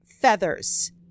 feathers